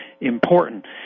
important